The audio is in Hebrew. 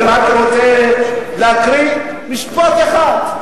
אני רק רוצה להקריא משפט אחד,